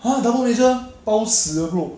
!huh! double major 包死的 bro